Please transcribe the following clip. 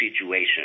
situation